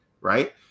Right